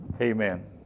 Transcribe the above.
Amen